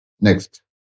Next